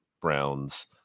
Browns